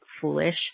foolish